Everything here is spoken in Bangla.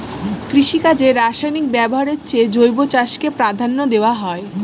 কৃষিকাজে রাসায়নিক ব্যবহারের চেয়ে জৈব চাষকে প্রাধান্য দেওয়া হয়